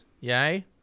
Yay